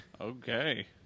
Okay